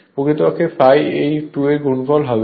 প্রকৃতপক্ষে ∅ এই 2 এর গুণফল হবে